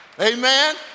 amen